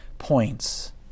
points